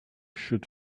should